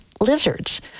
Lizards